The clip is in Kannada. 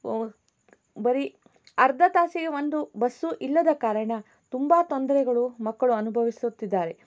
ಬರೀ ಅರ್ಧ ತಾಸಿಗೆ ಒಂದು ಬಸ್ಸು ಇಲ್ಲದ ಕಾರಣ ತುಂಬ ತೊಂದರೆಗಳು ಮಕ್ಕಳು ಅನುಭವಿಸುತ್ತಿದ್ದಾರೆ